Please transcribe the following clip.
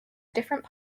different